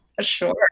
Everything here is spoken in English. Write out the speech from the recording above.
sure